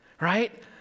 Right